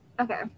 Okay